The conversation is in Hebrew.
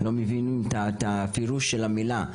לא מבינים את הפירוש של המילה.